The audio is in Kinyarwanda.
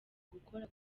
gukora